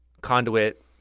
Conduit